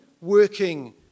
working